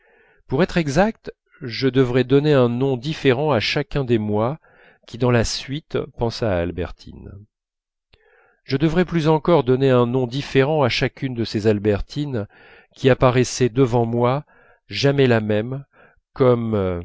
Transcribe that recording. pour être exact je devrais donner un nom différent à chacun des moi qui dans la suite pensa à albertine je devrais plus encore donner un nom différent à chacune de ces albertines qui apparaissaient par moi jamais la même comme